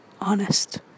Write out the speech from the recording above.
honest